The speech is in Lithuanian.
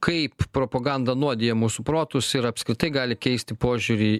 kaip propaganda nuodija mūsų protus ir apskritai gali keisti požiūrį